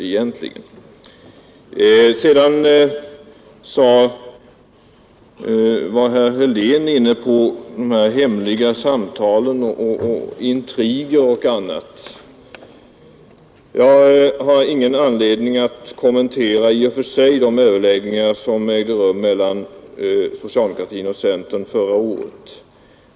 Herr Helén var inne på hemliga samtal, intriger och annat sådant. Jag har i och för sig ingen anledning att kommentera de överläggningar som ägde rum mellan socialdemokratin och centern förra året.